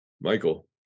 Michael